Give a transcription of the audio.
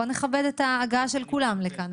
בוא נכבד את ההגעה של כולם לכאן.